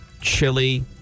chili